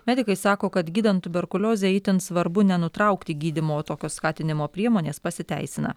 medikai sako kad gydant tuberkuliozę itin svarbu nenutraukti gydymo tokios skatinimo priemonės pasiteisina